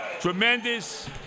Tremendous